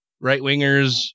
right-wingers